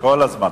כל הזמן.